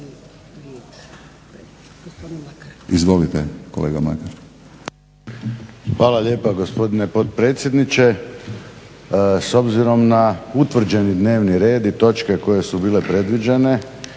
Hvala lijepa gospodine potpredsjedniče. S obzirom na utvrđeni dnevni red i točke koje su bile predviđene